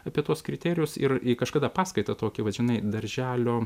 apie tuos kriterijus ir kažkada paskaitą tokią vat žinai darželio